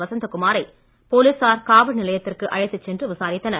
வசந்தகுமாரை போலீசார் காவல்நிலையத்திற்கு அழைத்து சென்று விசாரித்தனர்